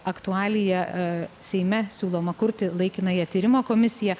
aktualiją seime siūloma kurti laikinąją tyrimo komisiją